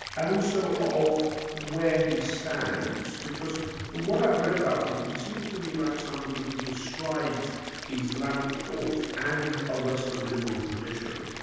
and also of where he stands. because from what i've read about him, he seems to me like somebody who bestrides islamic thought and a western liberal tradition.